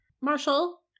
Marshall